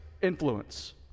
influence